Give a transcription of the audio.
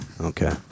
Okay